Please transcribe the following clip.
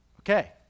okay